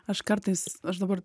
aš kartais aš dabar